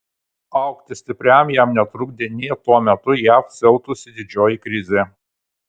augti stipriam jam netrukdė nė tuo metu jav siautusi didžioji krizė